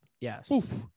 Yes